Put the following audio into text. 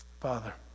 Father